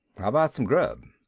how about some grub?